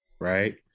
Right